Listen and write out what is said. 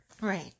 Right